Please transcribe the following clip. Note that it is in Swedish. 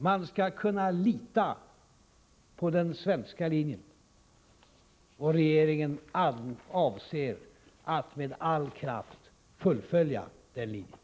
Man skall kunna lita på den svenska linjen — och regeringen avser att med all kraft fullfölja den linjen.